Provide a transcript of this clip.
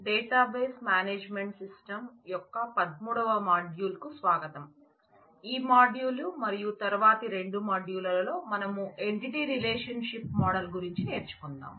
database management system గురించి నేర్చుకుందాం